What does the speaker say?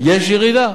יש ירידה.